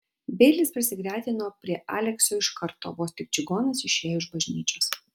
beilis prisigretino prie aleksio iš karto vos tik čigonas išėjo iš bažnyčios